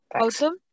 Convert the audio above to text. Awesome